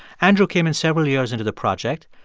andrew came in several years into the project.